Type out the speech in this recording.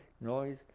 noise